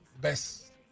best